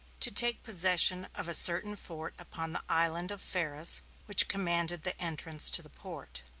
to take possession of a certain fort upon the island of pharos which commanded the entrance to the port.